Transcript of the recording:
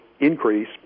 increase